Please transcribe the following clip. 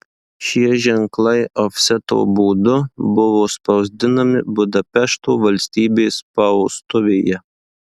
šie ženklai ofseto būdu buvo spausdinami budapešto valstybės spaustuvėje